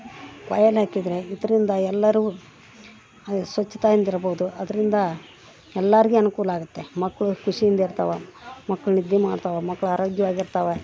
quarrel ಹಾಕಿದರೆ ಇದರಿಂದ ಎಲ್ಲರೂ ಅದೇ ಸ್ವಚ್ಛತಾಯಿಂದ ಇರ್ಬೌದು ಅದರಿಂದ ಎಲ್ಲಾರಿಗೆ ಅನುಕೂಲ ಆಗುತ್ತೆ ಮಕ್ಕಳು ಖುಷಿಯಿಂದ ಇರ್ತವೆ ಮಕ್ಕಳು ನಿದ್ದೆ ಮಾಡ್ತಾವೆ ಮಕ್ಳು ಆರೋಗ್ಯವಾಗಿರ್ತಾವೆ